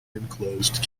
enclosed